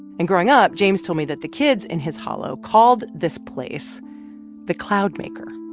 and growing up, james told me that the kids in his hollow called this place the cloud maker.